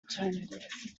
alternative